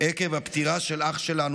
עקב הפטירה של אח שלנו,